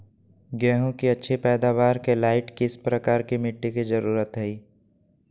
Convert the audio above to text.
गेंहू की अच्छी पैदाबार के लाइट किस प्रकार की मिटटी की जरुरत है?